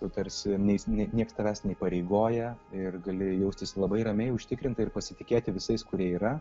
tu tars neis ne niekas tavęs neįpareigoja ir gali jaustis labai ramiai užtikrintai ir pasitikėti visais kurie yra